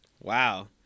wow